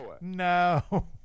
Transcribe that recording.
No